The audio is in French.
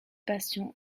patients